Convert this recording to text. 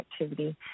activity